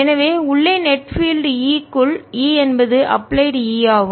எனவே உள்ளே net field நிகர புலம் E க்குள் E என்பது அப்லைட் E ஆகும்